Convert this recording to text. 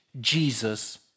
Jesus